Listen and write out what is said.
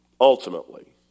ultimately